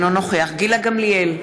אינו נוכח גילה גמליאל,